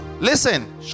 Listen